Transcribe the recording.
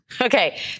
Okay